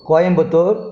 Coimbatore